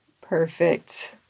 Perfect